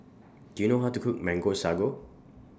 Do YOU know How to Cook Mango Sago